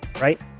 Right